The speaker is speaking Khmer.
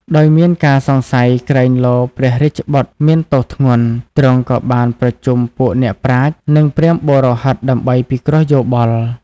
ដោយមានការសង្ស័យក្រែងលោព្រះរាជបុត្រមានទោសធ្ងន់ ទ្រង់ក៏បានប្រជុំពួកអ្នកប្រាជ្ញ និងព្រាហ្មណ៍បុរោហិតដើម្បីពិគ្រោះយោបល់។